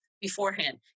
beforehand